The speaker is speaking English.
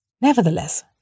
Nevertheless